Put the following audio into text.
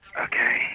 Okay